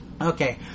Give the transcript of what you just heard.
Okay